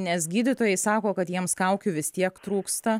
nes gydytojai sako kad jiems kaukių vis tiek trūksta